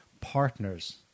partners